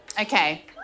Okay